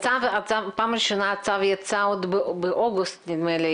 פעם ראשונה הצו יצא באוגוסט, נדמה לי.